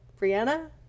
Brianna